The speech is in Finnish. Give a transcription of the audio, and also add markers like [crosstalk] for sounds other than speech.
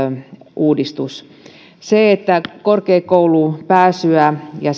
uudistus myöskin se että korkeakouluun pääsyä ja [unintelligible]